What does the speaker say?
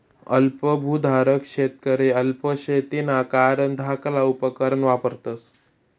अल्प भुधारक शेतकरी अल्प शेतीना कारण धाकला उपकरणं वापरतस